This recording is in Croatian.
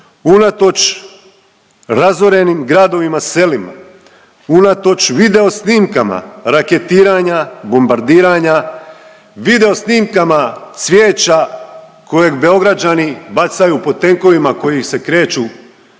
unatoč razorenim gradovima, selima, unatoč video snimkama raketiranja, bombardiranja, video snimkama cvijeća kojeg Beograđani bacaju po tenkovima koji se kreću